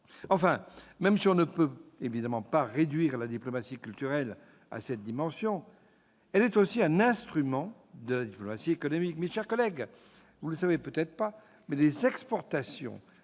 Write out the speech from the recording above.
Enfin, même si on ne peut évidemment pas réduire la diplomatie culturelle à cette dimension, elle est aussi un instrument de la diplomatie économique. Mes chers collègues, sachez que les exportations